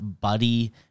buddy